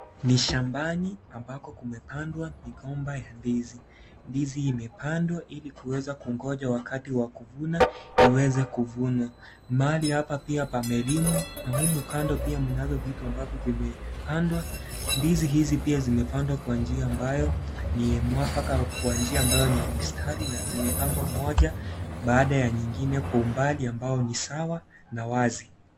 NI shambani ambako kumepandwa migomba ya ndizi, ndizi imepandwa ili kuweza kungoja wakati wa kuvuna iweze kuvunwa, mahali hapa pia pamelimwa na humu kando pia kunazo vitu ambapo vimepandwa ndizi hizi pia zimepandwa kwa njia ambayo ni ya mwafaka kwa njia ambayo ni ya mistari na zimepangwa moja baada ya nyingine kwa umbali ambao nisawa na wazi.